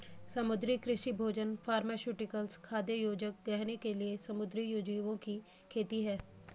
समुद्री कृषि भोजन फार्मास्यूटिकल्स, खाद्य योजक, गहने के लिए समुद्री जीवों की खेती है